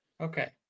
Okay